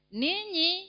nini